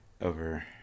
over